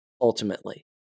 ultimately